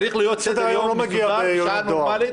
צריך להיות סדר-יום מסודר בשעה נורמלית.